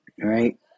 right